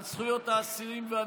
על זכויות האסירים והנחקרים.